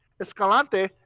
Escalante